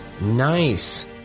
nice